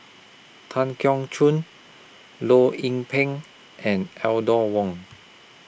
Tan Keong Choon Loh Lik Peng and Wong